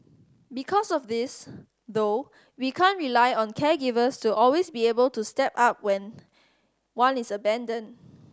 because of this though we can't rely on caregivers to always be able to step up when one is abandoned